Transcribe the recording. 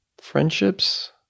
friendships